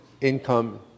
income